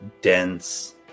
dense